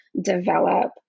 develop